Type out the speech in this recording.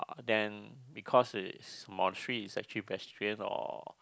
then because it's monastery it's actually vegetarian or